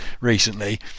recently